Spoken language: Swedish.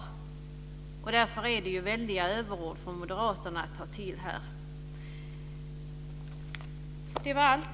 Moderaterna tar därför till väldiga överord här. Herr talman! Det var allt.